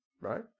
Right